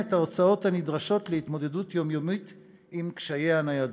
את ההוצאות הנדרשות להתמודדות יומיומית עם קשיי הניידות.